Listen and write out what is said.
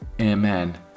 Amen